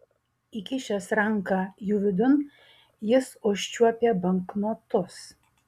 įkišęs ranką jų vidun jis užčiuopė banknotus